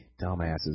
dumbasses